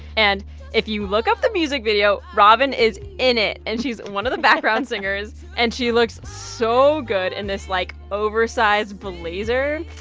and if you look up the music video, robyn is in it, and she's one of the background singers. and she looks so good in this, like, oversized blazer.